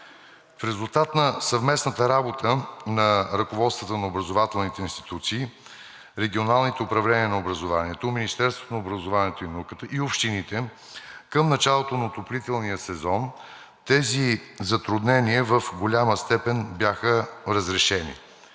В резултат на съвместната работа на ръководствата на образователните институции, регионалните управления на образованието, Министерството на образованието и науката и общините към началото на отоплителния сезон тези затруднения в голяма степен бяха разрешени.